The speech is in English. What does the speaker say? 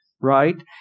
right